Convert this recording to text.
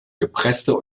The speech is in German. gepresste